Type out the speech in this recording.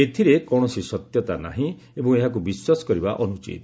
ଏଥିରେ କୌଣସି ସତ୍ୟତା ନାହିଁ ଏବଂ ଏହାକୁ ବିଶ୍ୱାସ କରିବା ଅନୁଚିତ